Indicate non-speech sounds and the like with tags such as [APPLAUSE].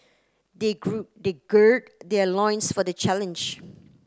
they [UNINTELLIGIBLE] they gird their loins for the challenge